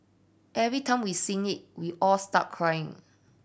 every time we sing it we all start crying